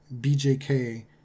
BJK